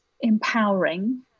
empowering